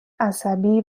عصبی